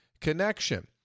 connection